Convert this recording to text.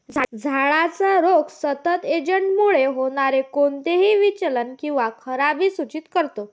झाडाचा रोग सतत एजंटमुळे होणारे कोणतेही विचलन किंवा खराबी सूचित करतो